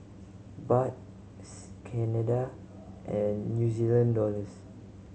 Baht Canada and New Zealand Dollars